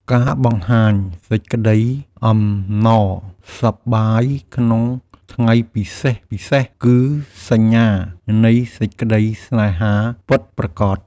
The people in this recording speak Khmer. ការបង្ហាញសេចក្តីអំណរសប្បាយក្នុងថ្ងៃពិសេសៗគឺសញ្ញានៃសេចក្ដីស្នេហាពិតប្រាកដ។